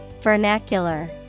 Vernacular